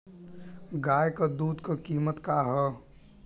गाय क दूध क कीमत का हैं?